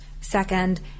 second